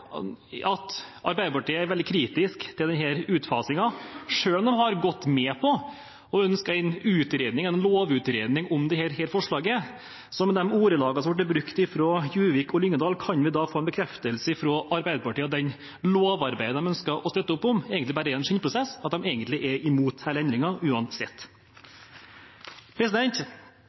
at Arbeiderpartiet er veldig kritisk til denne utfasingen, selv om de har gått med på og ønsker en lovutredning av forslaget. Gitt de ordelag som ble brukt av Juvik og Lyngedal: Kan vi få en bekreftelse fra Arbeiderpartiet på at det lovarbeidet de ønsker å støtte opp om, egentlig bare er en skinnprosess, at de egentlig er imot hele endringen uansett?